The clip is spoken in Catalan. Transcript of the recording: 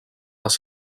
les